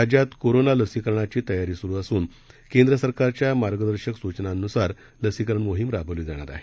राज्यातकोरोनालसीकरणाचीतयारीसुरूअसूनकेंद्रसरकारच्यामार्गदर्शकसूचनांनुसारलसीकरणमोहीमराबवलीजाणारआहे